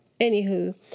Anywho